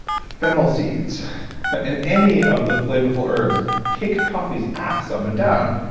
fennel seeds and any of the flavorful herbs kick coffee's ass up and down.